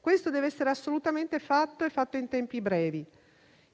Questo deve essere assolutamente fatto in tempi brevi.